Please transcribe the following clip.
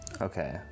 okay